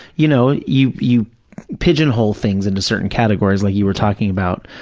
you know, you you pigeonhole things into certain categories, like you were talking about,